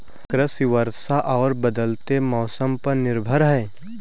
कृषि वर्षा और बदलते मौसम पर निर्भर है